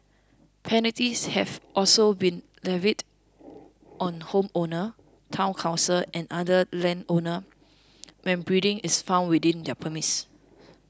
penalties have also been levied on homeowners Town Councils and other landowners when breeding is found within their premises